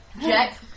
Jack